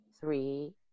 three